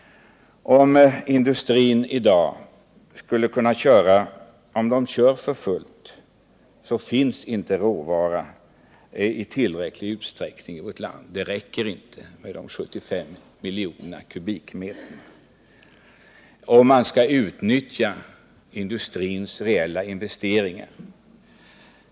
Om industrin i dag kör för fullt, så finns inte råvara i tillräcklig utsträckning i vårt land. Det räcker inte med de 75 miljoner m? som vi har, om man skall utnyttja industrins reella investeringar.